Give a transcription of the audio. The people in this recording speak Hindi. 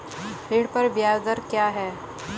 ऋण पर ब्याज दर क्या है?